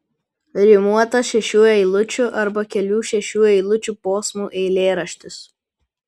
rimuotas šešių eilučių arba kelių šešių eilučių posmų eilėraštis